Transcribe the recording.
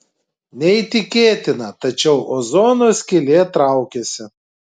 neįtikėtina tačiau ozono skylė traukiasi